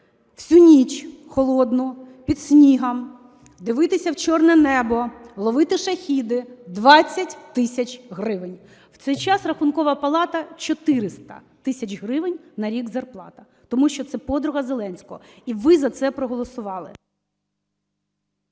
Всю ніч холодну під снігом дивитися в чорне небо, ловити "шахеди" – 20 тисяч гривень. В цей час Рахункова палата – 400 тисяч гривень на рік зарплата, тому що це подруга Зеленського. І ви за це проголосували.